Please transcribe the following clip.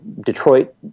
Detroit